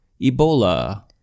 Ebola